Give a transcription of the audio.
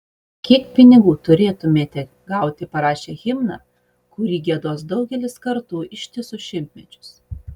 kiek pinigų turėtumėte gauti parašę himną kurį giedos daugelis kartų ištisus šimtmečius